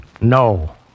No